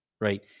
Right